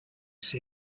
said